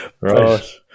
Right